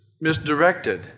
misdirected